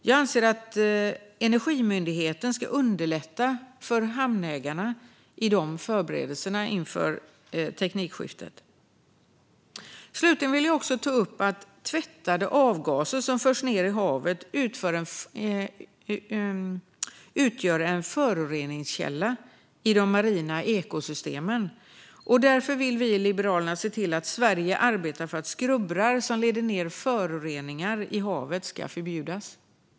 Vi anser att Energimyndigheten ska underlätta för hamnägarna i förberedelserna inför teknikskiftet. Slutligen vill jag ta upp att tvättade avgaser som förs ned i havet utgör en föroreningskälla i de marina ekosystemen. Därför vill vi i Liberalerna att Sverige ska arbeta för att skrubbrar som leder ned föroreningar i havet ska förbjudas.